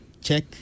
check